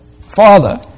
Father